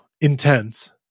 intense